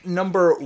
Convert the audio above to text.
number